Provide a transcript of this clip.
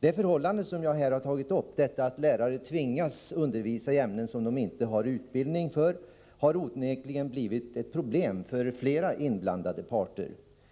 Det förhållande som jag här tagit upp — att lärare tvingas undervisa i ämnen som de inte har utbildning i — har onekligen blivit ett problem för flera inblandade parter.